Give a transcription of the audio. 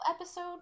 episode